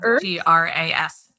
G-R-A-S